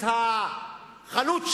את החנות שלי,